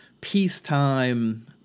peacetime